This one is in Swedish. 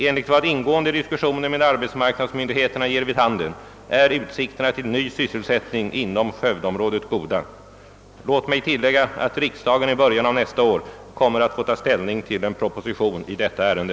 Enligt vad ingående diskussioner med arbetsmarknadsmyndigheterna ger vid handen är utsikterna till ny sysselsättning inom =<:skövdeområdet goda. Låt mig tillägga att riksdagen i början av nästa år kommer att få ta ställning till en proposition i detta ärende.